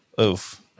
Oof